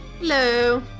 Hello